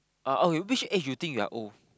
uh okay which age you think you're old